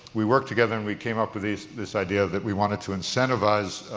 we worked together and we came up with this this idea that we wanted to incentivise